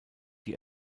die